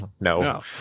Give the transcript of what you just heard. no